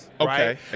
Okay